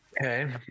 okay